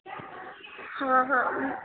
आं हां